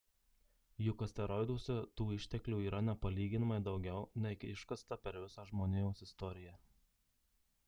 juk asteroiduose tų išteklių yra nepalyginamai daugiau nei iškasta per visą žmonijos istoriją